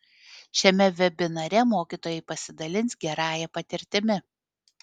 šiame vebinare mokytojai pasidalins gerąja patirtimi